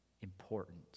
important